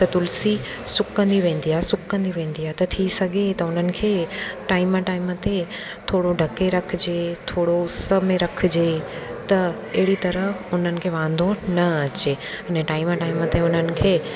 त तुलसी सुकंदी वेंदी आहे सुकंदी वेंदी आहे त थी सघे त उन्हनि खे टाइम टाइम ते थोरो ढके रखिजे थोरो उस में रखिजे त अहिड़ी तरह उन्हनि खे वांधो न अचे अने टाइम टाइम ते उन्हनि खे